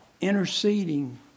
interceding